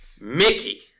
Mickey